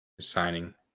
signing